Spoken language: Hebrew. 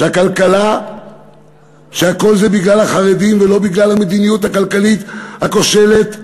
שהכול זה בגלל החרדים ולא בגלל המדיניות הכלכלית הכושלת,